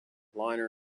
liner